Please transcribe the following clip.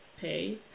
pay